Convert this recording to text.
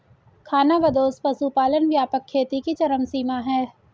खानाबदोश पशुपालन व्यापक खेती की चरम सीमा है